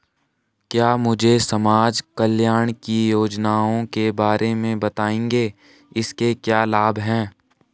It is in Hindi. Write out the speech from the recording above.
क्या मुझे समाज कल्याण की योजनाओं के बारे में बताएँगे इसके क्या लाभ हैं?